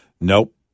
Nope